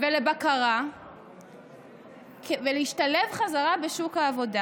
ולבקרה ולהשתלב חזרה בשוק העבודה.